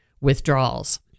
withdrawals